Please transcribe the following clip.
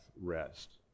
rest